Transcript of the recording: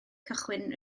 cychwyn